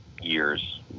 years